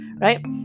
right